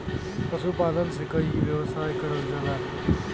पशुपालन से कई व्यवसाय करल जाला